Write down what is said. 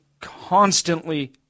constantly